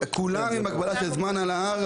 כולם עם הגבלה של זמן על ההר,